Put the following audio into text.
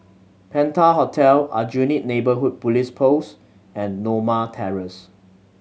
Penta Hotel Aljunied Neighbourhood Police Post and Norma Terrace